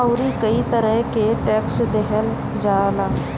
अउरी कई तरह के टेक्स देहल जाला